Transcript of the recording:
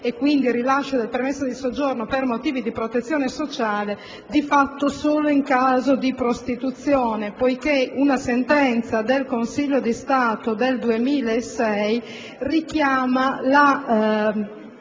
e quindi il rilascio del permesso di soggiorno per motivi di protezione sociale di fatto solo in caso di prostituzione. Una sentenza del Consiglio di Stato del 2006, infatti,